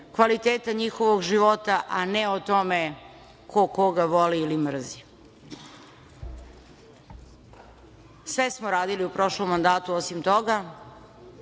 kvaliteta njihovog života, a ne o tome ko koga voli ili mrzi. Sve smo radili u prošlom mandatu, osim toga.